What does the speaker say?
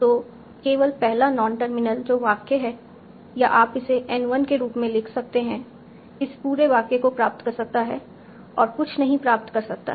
तो केवल पहला नॉन टर्मिनल जो वाक्य है या आप इसे N 1 के रूप में लिख सकते हैं इस पूरे वाक्य को प्राप्त कर सकता है और कुछ नहीं प्राप्त कर सकता है